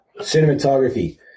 Cinematography